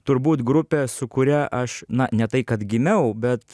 turbūt grupė su kuria aš na ne tai kad gimiau bet